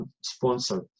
sponsored